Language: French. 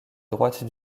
droite